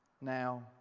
now